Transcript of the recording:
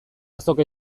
azoka